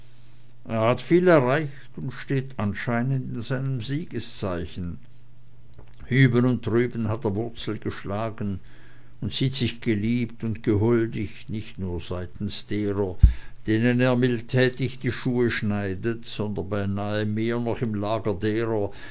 er hat viel erreicht und steht anscheinend in einem siegeszeichen hüben und drüben hat er wurzel geschlagen und sieht sich geliebt und gehuldigt nicht nur seitens derer denen er mildtätig die schuhe schneidet sondern beinah mehr noch im lager derer